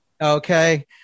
okay